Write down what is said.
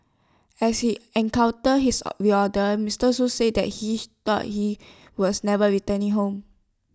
as he encounter his reorder Mister Shoo said that he thought he was never returning home